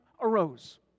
arose